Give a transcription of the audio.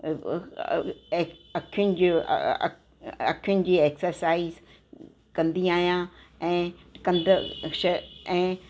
अ अ अ अखियुनि जी एक्सरसाइज़ कंदी आहियां ऐं कंद श ऐं